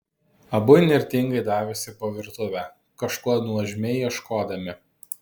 abu įnirtingai davėsi po virtuvę kažko nuožmiai ieškodami